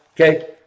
okay